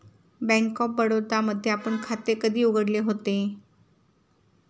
Bank of Baroda मध्ये आपण खाते कधी उघडले होते?